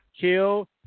Kill